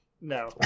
No